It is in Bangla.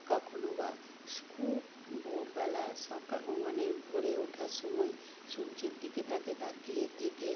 কখনও বা খুব ভোরবেলা সকাল মানে ভোরে ওঠার সময় সূর্যের দিকে তাকে তাকিয়ে থেকে